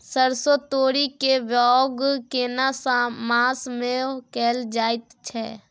सरसो, तोरी के बौग केना मास में कैल जायत छै?